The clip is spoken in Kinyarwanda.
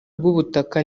bw’ubutaka